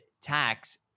tax